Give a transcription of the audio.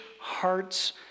hearts